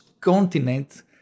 continent